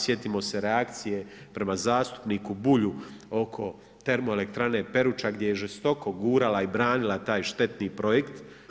Sjetimo se reakcije prema zastupniku Bulju oko termoelektrane Peruča gdje je žestoko gurala i branila taj štetni projekt.